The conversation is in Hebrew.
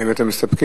האם אתם מסתפקים?